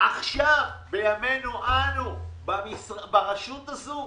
עכשיו בימינו אנו ברשות הזאת.